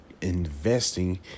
investing